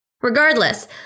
Regardless